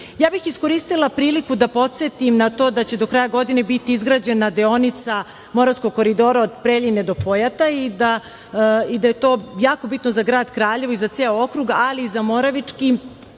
bih iskoristila priliku da podsetim na to da će do kraja godine biti izgrađeno deonica Moravskog koridora od Preljine do pojata i da je to jako bitno za grad Kraljevo i za ceo okrug, ali i za Moravički